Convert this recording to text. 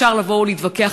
אפשר לבוא ולהתווכח,